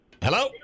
Hello